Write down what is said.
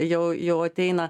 jau jau ateina